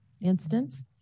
instance